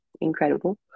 incredible